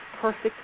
perfect